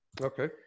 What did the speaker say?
Okay